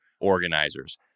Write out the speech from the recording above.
organizers